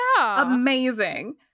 amazing